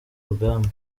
rugamba